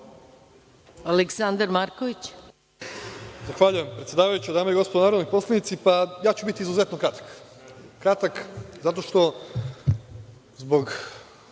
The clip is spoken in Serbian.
**Aleksandar Marković** Zahvaljujem predsedavajući. Dame i gospodo narodni poslanici, ja ću biti izuzetno kratak. Kratak zato što zbog